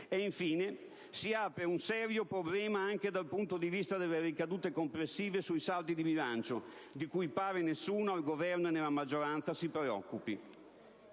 Infine, si apre un serio problema anche dal punto di vista delle ricadute complessive sui saldi di bilancio, di cui pare nessuno, né al Governo, né nella maggioranza si preoccupi.